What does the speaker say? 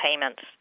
payments